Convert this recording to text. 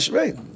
right